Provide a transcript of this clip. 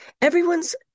Everyone's